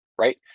Right